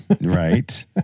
Right